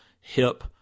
hip